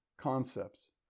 Concepts